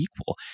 equal